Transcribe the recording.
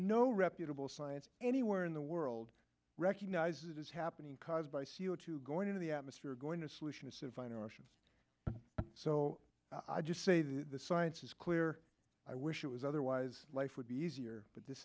no reputable science anywhere in the world recognizes is happening caused by c o two going into the atmosphere going to solution is to find our oceans so i just say that the science is clear i wish it was otherwise life would be easier but this